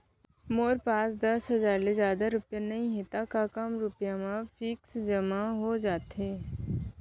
मोर पास दस हजार ले जादा रुपिया नइहे त का कम रुपिया म भी फिक्स जेमा हो जाथे?